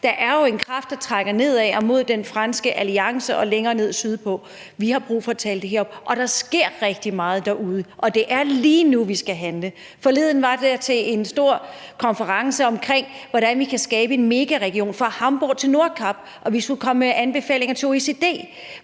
Der er jo en kraft, der trækker nedad og mod den franske alliance og længere ned sydpå. Vi har brug for at tale det herop. Og der sker rigtig meget derude, og det er lige nu, vi skal handle. Forleden var jeg til en stor konference om, hvordan vi kan skabe en megaregion fra Hamborg til Nordkap, og vi skulle komme med anbefalinger til OECD.